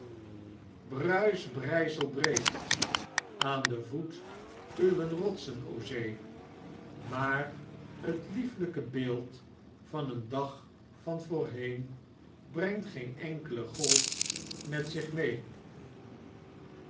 bruis hrijzel breek aan deu voet uwer rotsen zeee maar het liefujke beeld van een dag van voorheen brengt geen enkele golf met zich mee